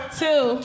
two